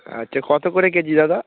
আচ্ছা কতো করে কেজি দাদা